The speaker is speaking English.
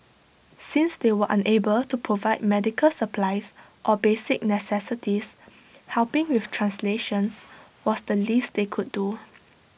since they were unable to provide medical supplies or basic necessities helping with translations was the least they could do